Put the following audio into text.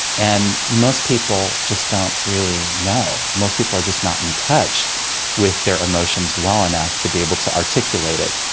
and most people just don't really know, most people are just not in touch with their emotions well enough to be able to articulate it.